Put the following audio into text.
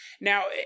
Now